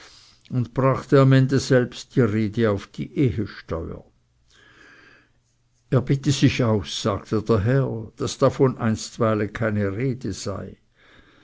und brachte am ende selbst die rede auf die ehesteuer er bitte sich aus sagte der herr daß davon einstweilen keine rede sei